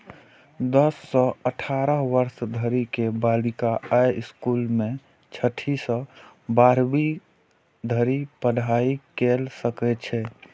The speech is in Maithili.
दस सं अठारह वर्ष धरि के बालिका अय स्कूल मे छठी सं बारहवीं धरि पढ़ाइ कैर सकै छै